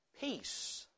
Peace